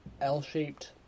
L-shaped